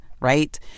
right